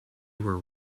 were